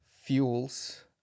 fuels